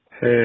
Hey